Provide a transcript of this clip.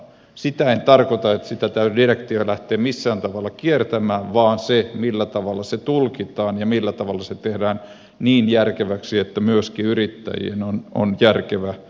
sitä en tarkoita että sitä direktiiviä täytyy lähteä millään tavalla kiertämään vaan sitä millä tavalla se tulkitaan ja millä tavalla se tehdään niin järkeväksi että myöskin yrittäjien on järkevä toimia